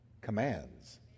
commands